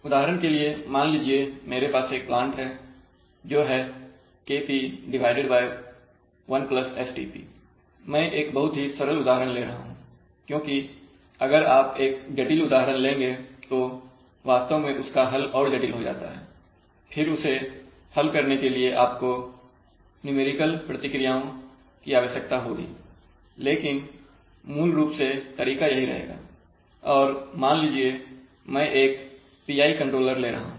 उदाहरण के लिए मान लीजिए मेरे पास एक प्लांट है जो है Kp1sTp मैं एक बहुत ही सरल उदाहरण ले रहा हूं क्योंकि अगर आप एक जटिल उदाहरण लेंगे तो वास्तव में उसका हल और जटिल हो जाता है फिर उसे हल करने के लिए आपको न्यूमेरिकल प्रक्रियाओं की आवश्यकता होगी लेकिन मूल रूप से तरीका यही रहेगा और मान लीजिए मैं एक PI कंट्रोलर ले रहा हूं